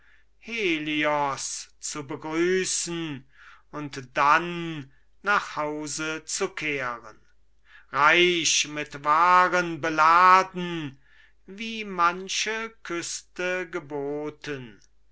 helios zu begrüßen und dann nach hause zu kehren reich mit waren beladen wie manche küste geboten